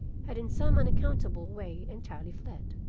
had in some unaccountable way entirely fled.